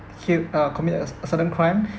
killed uh commit a cer~ a certain crime